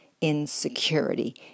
insecurity